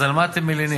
אז על מה אתם מלינים?